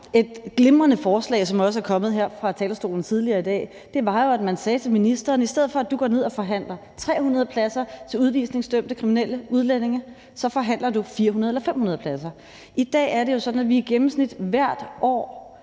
Et glimrende forslag, som også er kommet her fra talerstolen tidligere i dag, er, at man sagde til ministeren: I stedet for at du tager ned og forhandler om 300 pladser til udvisningsdømte kriminelle udlændinge, så forhandler du om 400 eller 500 pladser. I dag er det jo sådan, at vi i gennemsnit hvert år